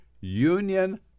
union